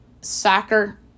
soccer